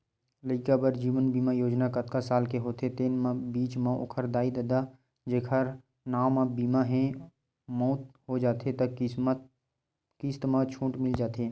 लइका बर जीवन बीमा योजना जतका साल के होथे तेन बीच म ओखर दाई ददा जेखर नांव म बीमा हे, मउत हो जाथे त किस्त म छूट मिल जाथे